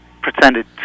pretended